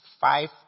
five